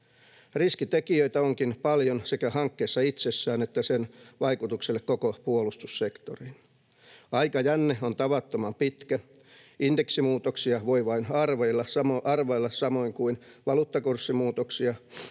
Riskitekijöitä onkin paljon sekä hankkeessa itsessään että sen vaikutuksissa koko puolustussektoriin. Aikajänne on tavattoman pitkä. Indeksimuutoksia voi vain arvailla, samoin kuin valuuttakurssimuutoksia.